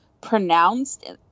pronounced